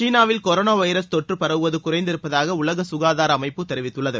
சீனாவில் corona virus தொற்று பரவுவது குறைந்திருப்பதாக உலக சுகாதார அமைப்பு தெரிவித்துள்ளது